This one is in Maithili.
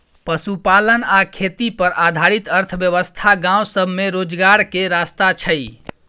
पशुपालन आ खेती पर आधारित अर्थव्यवस्था गाँव सब में रोजगार के रास्ता छइ